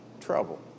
trouble